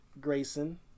grayson